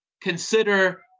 consider